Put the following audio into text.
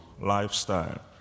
lifestyle